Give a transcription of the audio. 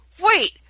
Wait